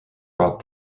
brought